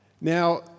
Now